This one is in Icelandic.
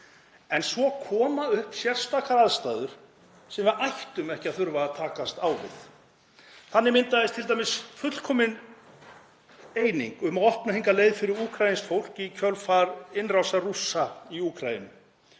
En svo koma upp sérstakar aðstæður sem við ættum ekki að þurfa að takast á við. Þannig myndaðist t.d. fullkomin eining um að opna hingað leið fyrir úkraínskt fólk í kjölfar innrásar Rússa í Úkraínu.